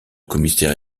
commissaire